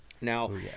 Now